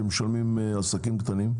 שמשלמים עסקים קטנים,